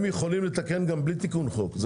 הם יכולים לתקן גם בלי תיקון חוק.